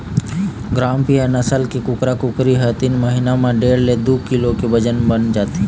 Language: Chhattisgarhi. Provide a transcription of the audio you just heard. ग्रामप्रिया नसल के कुकरा कुकरी ह तीन महिना म डेढ़ ले दू किलो के बजन हो जाथे